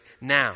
now